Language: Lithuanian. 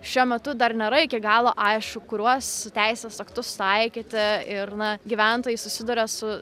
šiuo metu dar nėra iki galo aišku kuriuos teisės aktus taikyti ir na gyventojai susiduria su